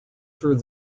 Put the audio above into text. through